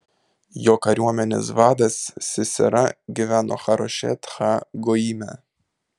jo kariuomenės vadas sisera gyveno harošet ha goime